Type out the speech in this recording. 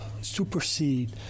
supersede